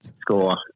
score